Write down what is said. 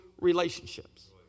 relationships